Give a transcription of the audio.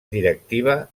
directiva